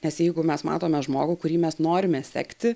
nes jeigu mes matome žmogų kurį mes norime sekti